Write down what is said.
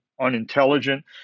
unintelligent